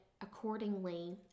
accordingly